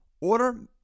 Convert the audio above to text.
Order